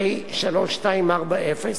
פ/3240,